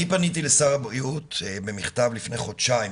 פניתי לשר הבריאות במכתב לפני חודשיים